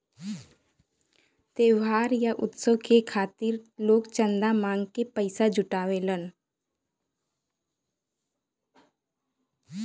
त्योहार या उत्सव के खातिर लोग चंदा मांग के पइसा जुटावलन